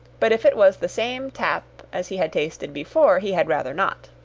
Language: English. but if it was the same tap as he had tasted before, he had rather not.